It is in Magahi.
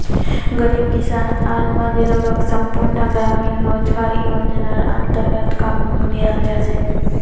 गरीब किसान आर मजदूरक संपूर्ण ग्रामीण रोजगार योजनार अन्तर्गत काम दियाल जा छेक